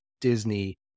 Disney